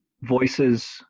voices